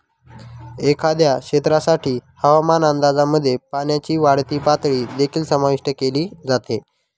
एखाद्या क्षेत्रासाठी हवामान अंदाजामध्ये पाण्याची वाढती पातळी देखील समाविष्ट केली जाते